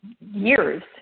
years